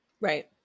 right